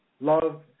love